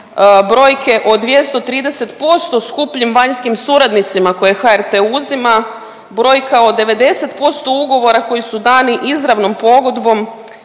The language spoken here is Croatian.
brojke od 230% skupljim vanjskim suradnicima koje HRT uzima, brojka od 90% ugovora koji su dani izravnom pogodbom